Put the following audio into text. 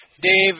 Dave